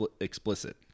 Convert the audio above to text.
explicit